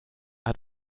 hat